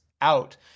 out